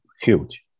huge